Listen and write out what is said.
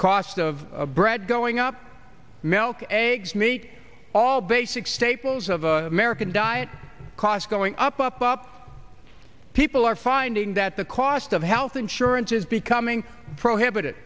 cost of bread going up milk eggs meat all basic staples of american diet cost going up up up people are finding that the cost of health insurance is becoming prohibited